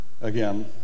again